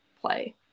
play